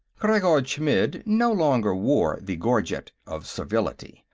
khreggor chmidd no longer wore the gorget of servility,